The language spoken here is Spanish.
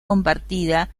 compartida